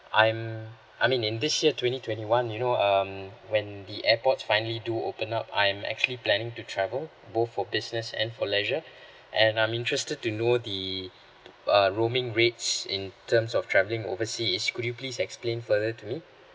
I'm I mean in this year twenty twenty one you know um when the airports finally do open up I'm actually planning to travel both for business and for leisure and I'm interested to know the uh roaming rates in terms of travelling overseas could you please explain further to me